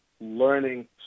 learning